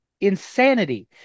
insanity